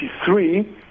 1983